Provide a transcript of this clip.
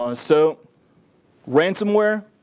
um so ransomware.